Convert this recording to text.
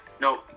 no